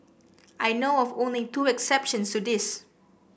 I know of only two exceptions to this